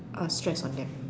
or stress on them